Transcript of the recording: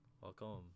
welcome